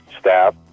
staff